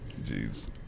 Jeez